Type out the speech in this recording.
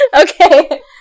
okay